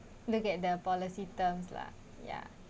look at the policy terms lah ya